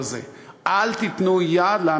אל תיתנו יד למונופול הזה,